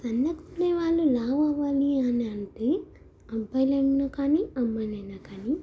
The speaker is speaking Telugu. సన్నగా ఉండేవాళ్ళు లావు అవ్వాలి అనంటే అబ్బాయిలు అయిన కానీ అమ్మాయిలు అయిన కానీ